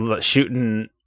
Shooting